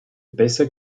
besser